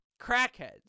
crackheads